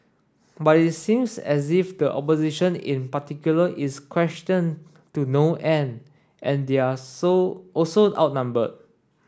but it seems as if the opposition in particular is questioned to no end and they're also outnumbered